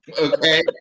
Okay